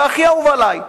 והכי אהוב עלי.